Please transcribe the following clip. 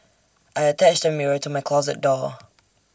I attached A mirror to my closet door